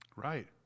Right